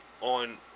on